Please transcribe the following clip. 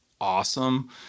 awesome